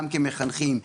גם כמחנכים,